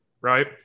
right